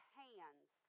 hands